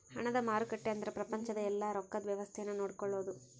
ಹಣದ ಮಾರುಕಟ್ಟೆ ಅಂದ್ರ ಪ್ರಪಂಚದ ಯೆಲ್ಲ ರೊಕ್ಕದ್ ವ್ಯವಸ್ತೆ ನ ನೋಡ್ಕೊಳೋದು